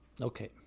Okay